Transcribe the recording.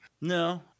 No